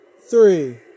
three